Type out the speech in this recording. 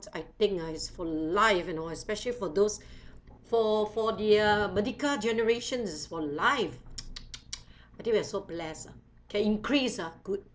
I think ah it's for life you know especially for those for for the uh merdeka generations for life I think we're so blessed ah can increase ah good